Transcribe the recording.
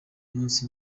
munsi